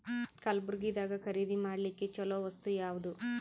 ಕಲಬುರ್ಗಿದಾಗ ಖರೀದಿ ಮಾಡ್ಲಿಕ್ಕಿ ಚಲೋ ವಸ್ತು ಯಾವಾದು?